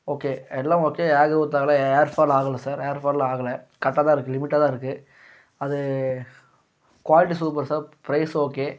okay எல்லாம் okay hair growth ஆகலை hair fall ஆகலை சார் ஹேர் ஃபால் ஆகலை கரெக்டாக தான் இருக்கும் லிமிட்டாக தான் இருக்கும் அது quality super sir price okay